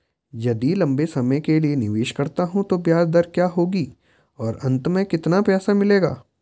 यदि लंबे समय के लिए निवेश करता हूँ तो ब्याज दर क्या होगी और अंत में कितना पैसा मिलेगा?